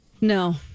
No